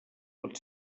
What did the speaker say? pot